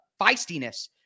feistiness